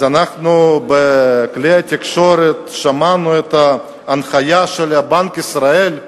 אז אנחנו שמענו בכלי התקשורת את ההנחיה של בנק ישראל.